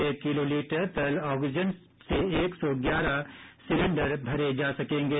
एक किलोलीटर तरल ऑक्सीजन से एक सौ ग्यारह सिलेंडर भरे जा सकेंगे